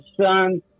son